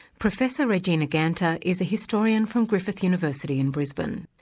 professor regina ganter is a historian from griffith university in brisbane,